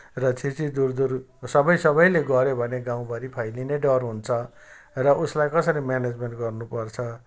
र छिः छिः दुरः दुरः सबै सबैले गऱ्यो भने गाउँभरि फैलिने डर हुन्छ र उसलाई कसरी म्यानेजमेन्ट गर्नपर्छ